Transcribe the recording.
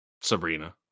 Sabrina